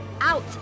out